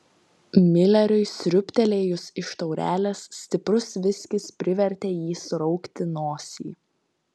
mileriui sriūbtelėjus iš taurelės stiprus viskis privertė jį suraukti nosį